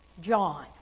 John